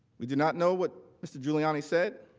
we do not know what mr. giuliani said